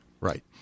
Right